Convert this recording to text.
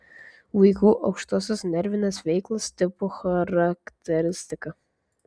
vaikų aukštosios nervinės veiklos tipų charakteristika